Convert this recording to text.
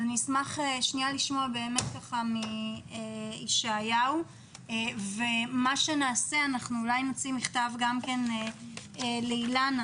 אשמח לשמוע תגובה מישעיהו ובנוסף נוציא מכתב לאילנה